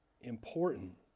important